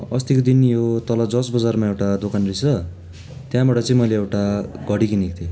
अस्तिको दिन यो तल जजबजारमा एउटा दोकान रहेछ त्यहाँबाट चाहिँ मैले एउटा घडी किनेको थिएँ